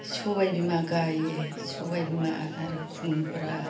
सबाय बिमा गाइयो सबाय बिमा आरो खुमब्रा